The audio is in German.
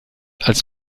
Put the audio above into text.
als